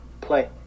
play